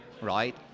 Right